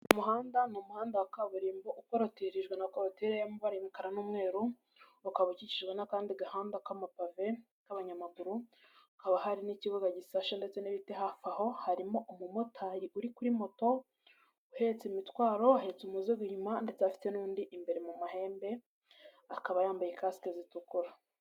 Umuhanda ni umuhanda wa kaburimbo ukorotirijwe na korotire y'amabara y'umukara n'umweru, ukaba ukijwe n'akandi gahanda k'amapave k'abanyamaguru hakaba hari n'ikibuga gisashe ndetse n'ibiti hafi aho, harimo umu motari uri kuri moto uhetse imitwaro, ahetse umuzogo inyuma ndetse afite n'undi imbere mu mahembe, akaba yambaye casike zitukura.